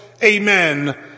Amen